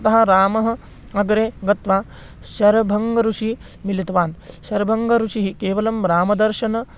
ततः रामः अग्रे गत्वा शरभङ्गर्षिं मिलितवान् शरभङ्गर्षिः केवलं रामदर्शनस्य